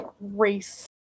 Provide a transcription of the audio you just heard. race